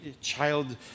child